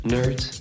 Nerds